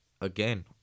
again